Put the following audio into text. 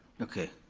okay,